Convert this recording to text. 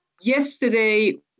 Yesterday